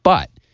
but.